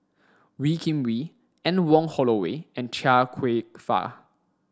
Wee Kim Wee Anne Wong Holloway and Chia Kwek Fah